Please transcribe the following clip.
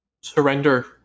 surrender